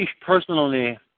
personally